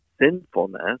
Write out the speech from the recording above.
sinfulness